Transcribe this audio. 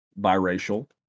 biracial